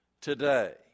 today